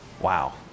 Wow